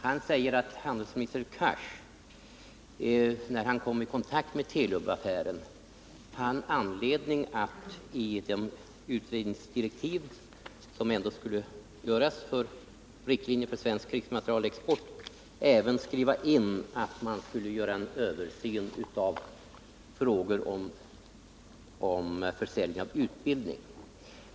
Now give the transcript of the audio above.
Han säger att förutvarande handelsministern Hadar Cars, när denne kom i kontakt med Telubaffären, fann anledning att i de utredningsdirektiv som ändå skulle utfärdas beträffande riktlinjer för svensk krigsmaterielexport även skriva in att man skulle göra en översyn av frågor som gäller försäljning av utbildning.